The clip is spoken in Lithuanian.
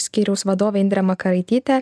skyriaus vadovę indrę makaraitytę